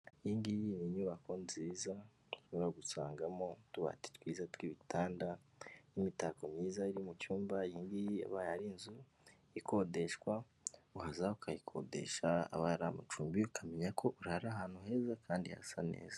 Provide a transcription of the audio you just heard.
Iyi ngiyi ni inyubako nziza, ushobora gusangamo utubati twiza tw'ibitanda n'imitako myiza iri mu cyumba, iyi ngiyi abaye ari inzu ikodeshwa waza ukayikodesha, abaye ari amacumbi ukamenya ko urara ahantu heza kandi hasa neza.